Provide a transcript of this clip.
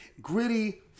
gritty